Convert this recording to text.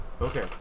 okay